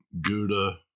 gouda